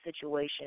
situation